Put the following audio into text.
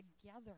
together